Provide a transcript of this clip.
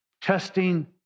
testing